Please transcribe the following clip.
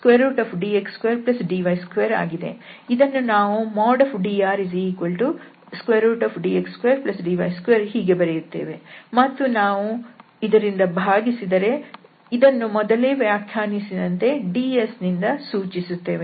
ಇದನ್ನು ನಾವು drdx2dy2 ಹೀಗೆ ಬರೆಯುತ್ತೇವೆ ಮತ್ತು ನಾವು ಇದರಿಂದ ಭಾಗಿಸಿದರೆ ಇದನ್ನು ಮೊದಲೇ ವ್ಯಾಖ್ಯಾನಿಸಿದಂತೆ ds ನಿಂದ ಸೂಚಿಸುತ್ತೇವೆ